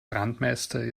brandmeister